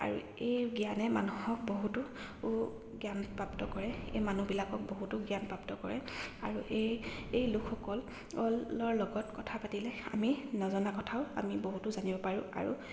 আৰু এই জ্ঞানে মানুহক বহুতো জ্ঞান প্ৰাপ্ত কৰে এই মানুহবিলাকক বহুতো জ্ঞান প্ৰাপ্ত কৰে আৰু এই এই লোকসকল অল লগত কথা পাতিলে আমি নজনা কথাও আমি বহুতো জানিব পাৰোঁ আৰু